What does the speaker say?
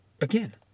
Again